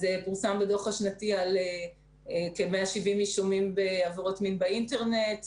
פורסם בדוח השנתי אודות כ-170 כתבי אישום של עבירות מין באינטרנט,